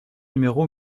numéro